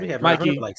Mikey